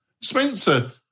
Spencer